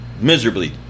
Miserably